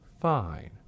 Fine